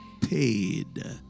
Paid